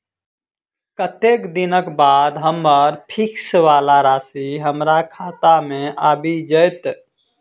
कत्तेक दिनक बाद हम्मर फिक्स वला राशि हमरा खाता मे आबि जैत?